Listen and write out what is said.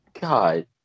God